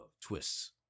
twists